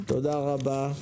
תודה רבה.